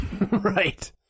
Right